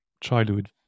childhood